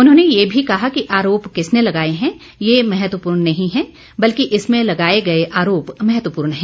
उन्होंने ये भी कहा कि आरोप किसने लगाए हैं ये महत्वपूर्ण नहीं है बल्कि इसमें लगाए गए आरोप महत्वपूर्ण हैं